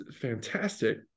fantastic